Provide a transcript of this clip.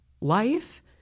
life